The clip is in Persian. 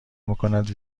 میکند